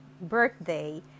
birthday